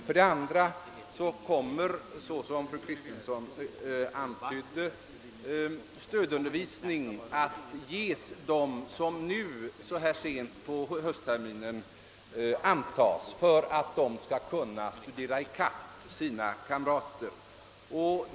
För det andra kommer, såsom fru Kristensson antydde, stödundervisning att ges dem som så här sent på höstterminen antas som elever för att dessa skall kunna studera i kapp sina kamrater.